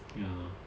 ya